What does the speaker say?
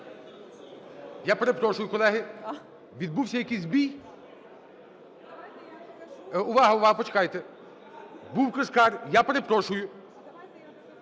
Я перепрошую, колеги. Відбувся якийсь збій. Увага, увага! Почекайте. Був Кишкар, я перепрошую.